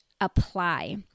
apply